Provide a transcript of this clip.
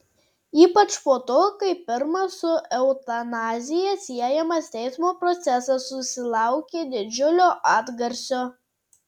ypač po to kai pirmas su eutanazija siejamas teismo procesas susilaukė didžiulio atgarsio